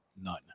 none